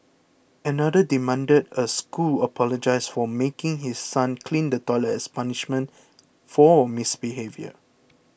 another demanded a school apologise for making his son clean the toilet as punishment for misbehaviour